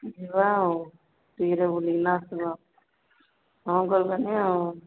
ଯିବା ଆଉ ଟିକରେ ବୁଲିକିନା ଆସିବା କଣ କରିବାନି ଆଉ